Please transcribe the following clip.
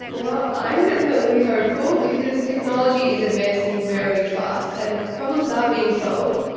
well, i am definitely hopeful because technology is advancing very fast, and problems are being solved.